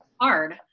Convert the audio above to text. hard